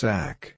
Sack